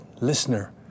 listener